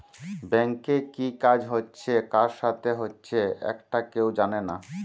ব্যাংকে কি কাজ হচ্ছে কার সাথে হচ্চে একটা কেউ জানে না